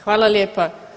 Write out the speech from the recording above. Hvala lijepa.